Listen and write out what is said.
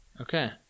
Okay